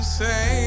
say